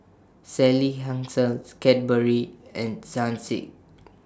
Sally Hansen's Cadbury and Sun Sick